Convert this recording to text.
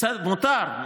בסדר, מותר.